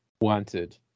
Wanted